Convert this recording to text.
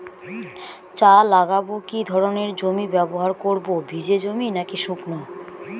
চা লাগাবো কি ধরনের জমি ব্যবহার করব ভিজে জমি নাকি শুকনো?